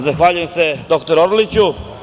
Zahvaljujem se dr Orliću.